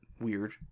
weird